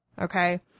okay